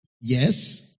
Yes